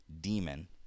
demon